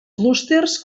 clústers